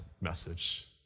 message